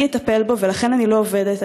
אני אטפל בו, ולכן אני לא עובדת.